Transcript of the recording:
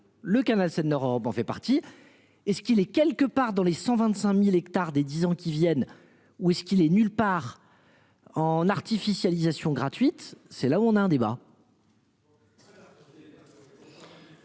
Le canal Seine Nord robe en fait partie. Et ce qu'il est quelque part dans les 125.000 hectares des 10 ans qui viennent ou est-ce qu'il est nulle part. En artificialisation gratuite, c'est là où on a un débat.